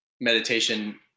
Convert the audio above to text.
meditation